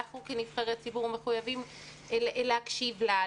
אנחנו כנבחרי ציבור מחויבים להקשיב לה,